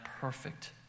perfect